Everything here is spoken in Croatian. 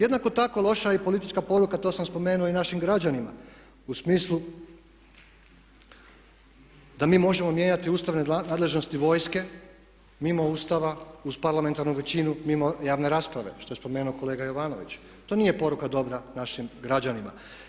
Jednako tako loša je i politička poruka, to sam spomenuo i našim građanima u smislu da mi možemo mijenjati ustavne nadležnosti vojske, mimo Ustava, uz parlamentarnu većinu mimo javne rasprave što je spomenuo kolega Jovanović, to nije poruka dobra našim građanima.